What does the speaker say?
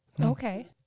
Okay